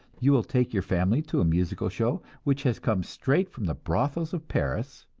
you will take your family to a musical show which has come straight from the brothels of paris,